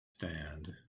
stand